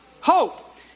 Hope